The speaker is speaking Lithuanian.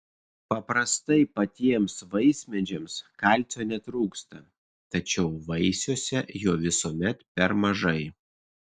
paprastai patiems vaismedžiams kalcio netrūksta tačiau vaisiuose jo visuomet per mažai